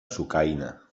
sucaina